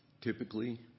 typically